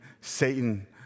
Satan